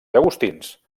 llagostins